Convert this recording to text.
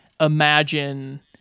imagine